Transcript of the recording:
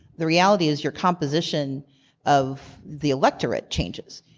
the reality is your composition of the electorate changes.